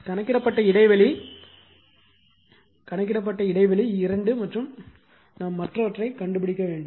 கணக்கிடப்பட்ட இடைவெளி 2 மற்றும் நாம் மற்றவற்றை கண்டுபிடிக்க வேண்டும்